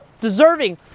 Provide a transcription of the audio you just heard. deserving